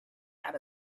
out